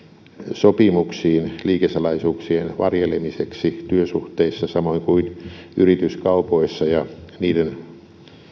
sopimuksiin liikesalaisuuksien varjelemiseksi työsuhteissa samoin kuin yrityskaupoissa ja niiden